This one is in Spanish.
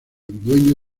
dueño